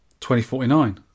2049